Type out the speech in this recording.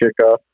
kickoff